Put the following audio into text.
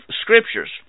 scriptures